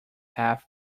half